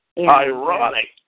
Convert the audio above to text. Ironic